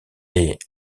est